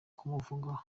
kumuvugwaho